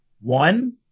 One